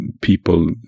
people